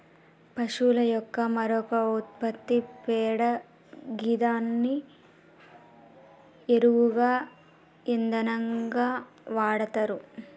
పశువుల యొక్క మరొక ఉత్పత్తి పేడ గిదాన్ని ఎరువుగా ఇంధనంగా వాడతరు